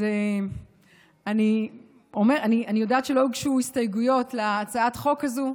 אני יודעת שלא הוגשו הסתייגויות להצעת החוק הזאת,